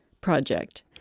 project